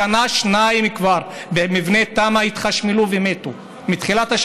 השנה כבר שניים התחשמלו ומתו במבנה תמ"א,